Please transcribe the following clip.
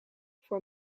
voor